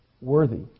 worthy